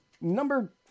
Number